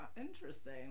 Interesting